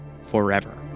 forever